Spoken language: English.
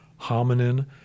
hominin